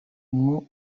mwo